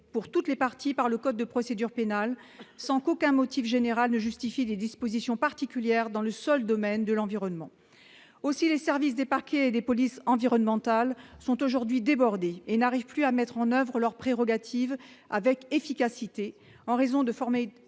pour toutes les parties par le code de procédure pénale, sans qu'aucun motif générale ne justifie des dispositions particulières dans le seul domaine de l'environnement aussi les services des parquets et des polices environnementales, sont aujourd'hui débordés et n'arrivent plus à mettre en oeuvre leurs prérogatives avec efficacité en raison de former